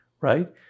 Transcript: right